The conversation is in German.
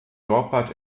dorpat